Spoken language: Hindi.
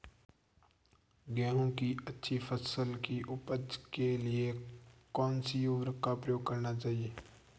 गेहूँ की अच्छी फसल की उपज के लिए कौनसी उर्वरक का प्रयोग करना चाहिए?